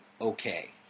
okay